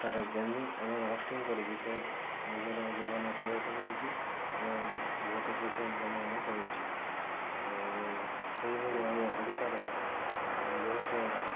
ତାର ଗେମିଙ୍ଗ୍ ଏବଂ ରଷ୍ଟିଙ୍ଗ୍ କରିକି ସେ ନିଜର ଜୀବନ ଅତିବାହିତ କରୁଛି ଏବଂ ବହୁତ ପଇସା ଇନକମ୍ ମଧ୍ୟ କରୁଛି ଆଉ ସେହିଭଳି ଆମ ଓଡ଼ିଶାରେ ବହୁତ